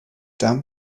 down